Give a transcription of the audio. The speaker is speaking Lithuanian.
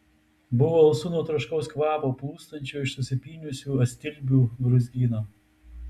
buvo alsu nuo troškaus kvapo plūstančio iš susipynusių astilbių brūzgyno